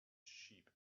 sheep